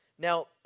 Now